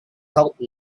helped